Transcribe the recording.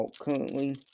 currently